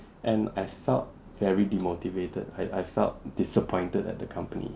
and I felt very demotivated I I felt disappointed at the company